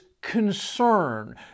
Concern